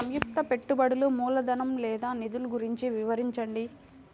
సంయుక్త పెట్టుబడులు మూలధనం లేదా నిధులు గురించి వివరించండి?